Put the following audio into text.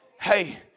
Hey